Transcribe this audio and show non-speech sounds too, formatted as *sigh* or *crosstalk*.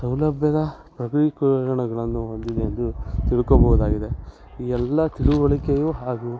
ಸೌಲಭ್ಯದ *unintelligible* ಹೊಂದಿದೆ ಎಂದು ತಿಳ್ಕೋಬೋದಾಗಿದೆ ಈ ಎಲ್ಲ ತಿಳಿವಳಿಕೆಯು ಹಾಗೂ